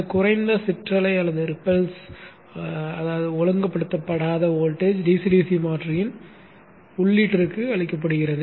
இந்த குறைந்த சிற்றலை ஒழுங்குபடுத்தப்படாத வோல்டேஜ் DC DC மாற்றியின் உள்ளீட்டிற்கு அளிக்கப்படுகிறது